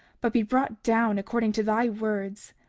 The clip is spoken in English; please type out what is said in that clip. but be brought down according to thy words.